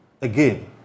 again